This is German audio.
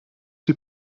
die